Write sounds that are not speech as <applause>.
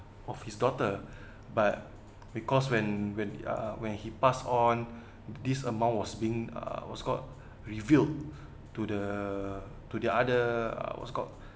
of his daughter <breath> but because when when uh when he passed on <breath> this amount was being uh what's called revealed to the to the other uh what's called